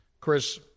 Chris